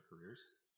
careers